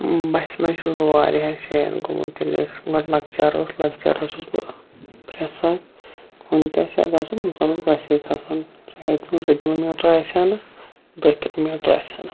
بَسہِ منٛز چھُس بہٕ واریاہن جایَن گوٚمُت ییٚلہِ ٲسۍ گۄڈٕ لَکچار اوس لَکچارَس اوسُس بہٕ پرٛٮ۪تھ ساتہٕ کُن تہِ آسہِ ہا گژھُن اِنسان اوس بَسے کھَسان چاہے تِم زٕ کِلوٗ میٖٹر آسہِ ہنہٕ دہ کِلوٗ میٖٹر آسہِ ہنہ